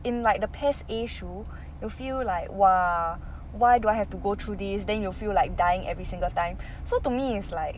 in like the PES A shoe you'll feel like !wah! why do I have to go through these then you will feel like dying every single time so to me it's like